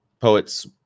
poets